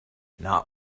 not